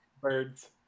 Birds